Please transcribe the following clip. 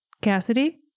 Cassidy